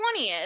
20th